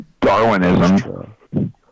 Darwinism